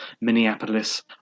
Minneapolis